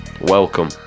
welcome